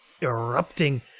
erupting